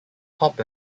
pulp